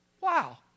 Wow